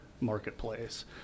marketplace